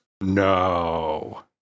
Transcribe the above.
No